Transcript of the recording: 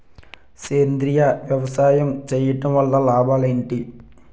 సేంద్రీయ వ్యవసాయం చేయటం వల్ల లాభాలు ఏంటి?